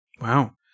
Wow